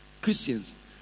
Christians